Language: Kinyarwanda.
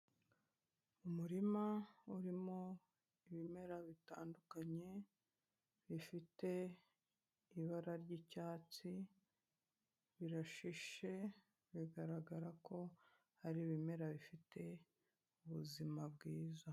Umurima urimo ibimera bitandukanye, bifite ibara ry'icyatsi, birashishe, bigaragara ko ari ibimera bifite ubuzima bwiza.